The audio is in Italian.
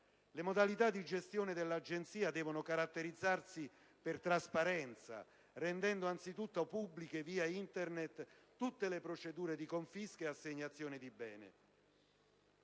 Le modalità di gestione dell'Agenzia devono caratterizzarsi per trasparenza, rendendo anzitutto pubbliche via Internet tutte le procedure di confisca e assegnazione dei beni.